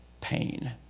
pain